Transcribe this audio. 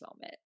moment